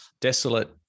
desolate